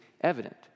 evident